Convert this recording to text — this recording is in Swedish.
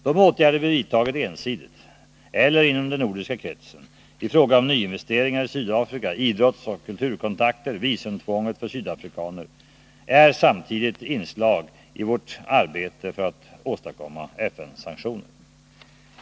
De åtgärder vi vidtagit ensidigt eller inom den nordiska kretsen —-i fråga om nyinvesteringar i Sydafrika, idrottsoch kulturkontakter, visumtvånget för sydafrikaner — är samtidigt inslag i vårt arbete för att åstadkomma FN-sanktioner.